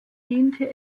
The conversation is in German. diente